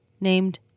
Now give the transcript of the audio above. named